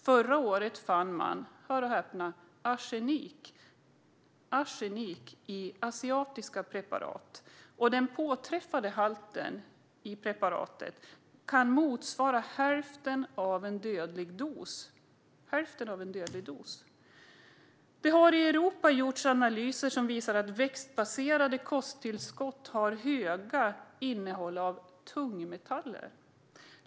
Förra året fann man, hör och häpna, arsenik i ett asiatiskt preparat. Den påträffade halten i preparatet kan motsvara hälften av en dödlig dos. Det har i Europa gjorts analyser som visar att växtbaserade kosttillskott har höga halter av tungmetaller.